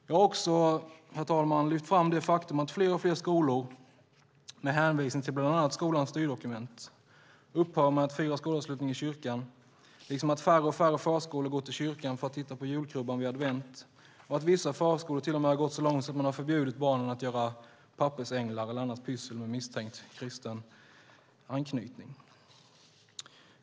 Jag har också, herr talman, lyft fram det faktum att fler och fler skolor, med hänvisning till bland annat skolans styrdokument, upphör med att fira skolavslutning i kyrkan, liksom att färre och färre förskolor går till kyrkan för att titta på julkrubban vid advent. Vissa förskolor har till och med gått så långt att man har förbjudit barnen att göra pappersänglar eller annat pyssel av misstänkt kristen anknytning.